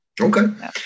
Okay